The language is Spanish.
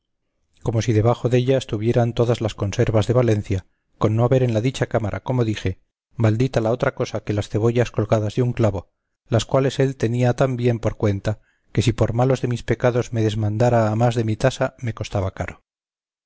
como si debajo della estuvieran todas las conservas de valencia con no haber en la dicha cámara como dije maldita la otra cosa que las cebollas colgadas de un clavo las cuales él tenía tan bien por cuenta que si por malos de mis pecados me desmandara a más de mi tasa me costara caro